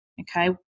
Okay